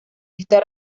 esta